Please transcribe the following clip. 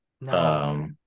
no